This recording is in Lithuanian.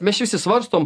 mes čia visi svarstom